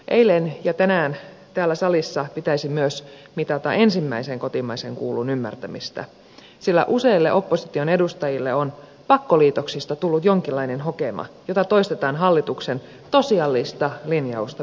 eilen ja tänään täällä salissa olisi pitänyt myös mitata ensimmäisen kotimaisen kuullun ymmärtämistä sillä useille opposition edustajille on pakkoliitoksista tullut jonkinlainen hokema jota toistetaan hallituksen tosiasiallisesta linjauksesta piittaamatta